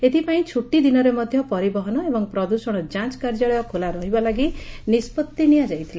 ଏଥିପାଇଁ ଛୁଟି ଦିନରେ ମଧ୍ଧ ପରିବହନ ଏବଂ ପ୍ରଦୃଷଣ ଯାଞ କାର୍ଯ୍ୟାଳୟ ଖୋଲା ରହିବା ଲାଗି ନିଷ୍ବଭି ନିଆଯାଇଥିଲା